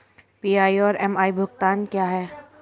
PI और MI भुगतान क्या हैं?